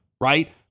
right